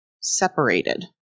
separated